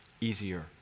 Easier